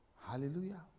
Hallelujah